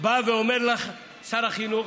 בא ואומר לך שר החינוך,